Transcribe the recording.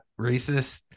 racist